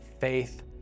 faith